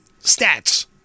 stats